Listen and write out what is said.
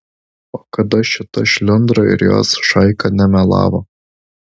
o kada šita šliundra ir jos šaika nemelavo